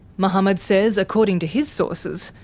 mohammed says according to his sources,